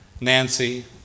Nancy